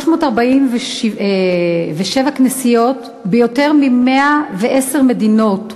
347 כנסיות ביותר מ-110 מדינות,